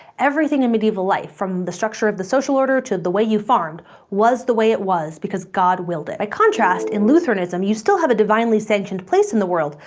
everything in medieval life from the structure of the social order to the way you farmed was the way it was, because god willed it. by contrast, in lutheranism, you still have a divinely sanctioned place in the world,